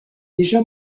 déjà